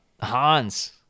Hans